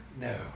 no